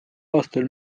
aastal